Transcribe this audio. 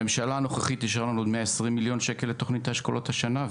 הממשלה הנוכחית אישרה לנו עוד 120 מיליון שקל לתוכנית האשכולות השנה,